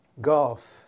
Golf